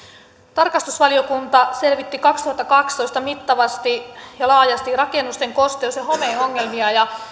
tarkastusvaliokunta selvitti kaksituhattakaksitoista mittavasti ja laajasti rakennusten kosteus ja homeongelmia